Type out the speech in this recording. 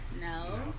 No